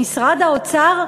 במשרד האוצר,